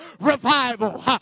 revival